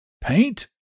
Paint